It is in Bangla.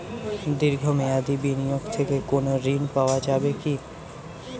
দীর্ঘ মেয়াদি বিনিয়োগ থেকে কোনো ঋন পাওয়া যাবে কী?